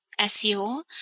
SEO